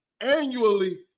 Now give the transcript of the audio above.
annually